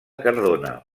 cardona